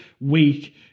week